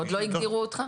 עוד לא הגדירו אותך?